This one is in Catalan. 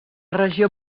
regió